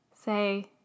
Say